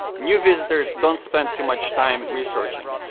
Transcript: new visitors don't spend too much time researching.